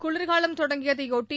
குளிர்காலம் தொடங்கியதை ஒட்டி